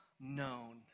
known